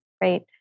right